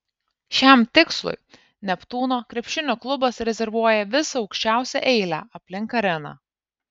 šiam tikslui neptūno krepšinio klubas rezervuoja visą aukščiausią eilę aplink areną